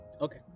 Okay